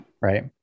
Right